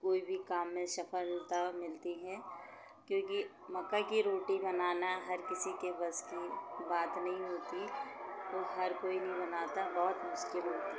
कोई भी काम में सफलता मिलती है क्योंकि मकई की रोटी बनाना हर किसी के बस की बात नहीं होती तो हर कोई नहीं बनाता बहुत मुश्किल होती